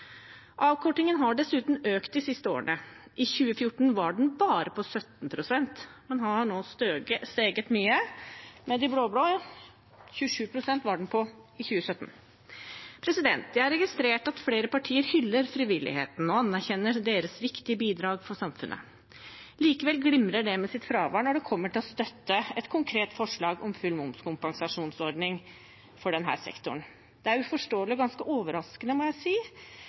Avkortingen har dessuten økt de siste årene. I 2014 var den bare på 17 pst., men har steget mye med de blå-blå, til 27 pst. i 2017. Jeg har registrert at flere partier hyller frivilligheten og anerkjenner dens viktige bidrag for samfunnet. Likevel glimrer de med sitt fravær når det kommer til å støtte et konkret forslag om full momskompensasjon for denne sektoren. Det er uforståelig og ganske overraskende, må jeg si,